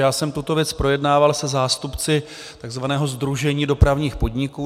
Já jsem tuto věc projednával se zástupci takzvaného Sdružení dopravních podniků.